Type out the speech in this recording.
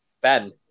Ben